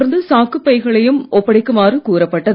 தொடர்ந்து சாக்குபைகளையும் ஒப்படைக்குமாறு இதை கூறப்பட்டது